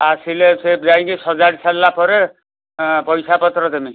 ଆସିଲେ ସିଏ ଯାଇକି ସଜାଡ଼ି ସାରିଲାପରେ ଏଁ ପଇସାପତ୍ର ଦେମି